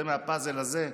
זה מהפאזל הזה,